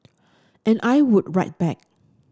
and I would write back